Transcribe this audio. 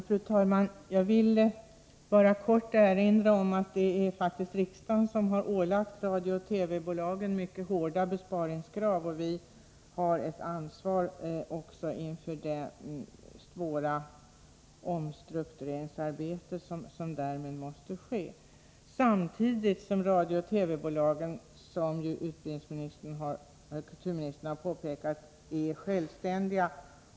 Fru talman! Jag vill bara kort erinra om att det faktiskt är riksdagen som har ålagt radiooch TV-bolagen mycket hårda besparingskrav. Vi har därför ett ansvar också inför det svåra omstruktureringsarbete som måste ske. Samtidigt är radiooch TV-bolagen, som kulturministern påpekade, självständiga.